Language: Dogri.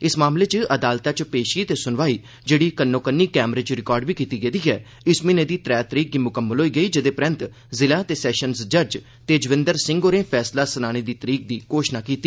इस मामले च अदालतै च पेशी ते स्नवाई जेड़ी कन्नो कन्नी कैमरे च रिकार्ड बी कीती गेदी ऐ इस म्हीने दी त्रै तरीक गी मुकम्मल होई गेई जेदे परैन्त जिला ते सेशन्ज़ जज तेजविंदर सिंह होरें फैसला सनाने दी तरीक दी घोषणा कीती